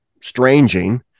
stranging